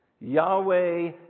Yahweh